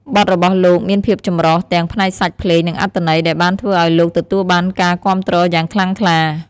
បទរបស់លោកមានភាពចម្រុះទាំងផ្នែកសាច់ភ្លេងនិងអត្ថន័យដែលបានធ្វើឱ្យលោកទទួលបានការគាំទ្រយ៉ាងខ្លាំងក្លា។